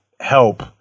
help